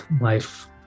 life